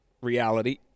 reality